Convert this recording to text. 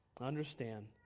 Understand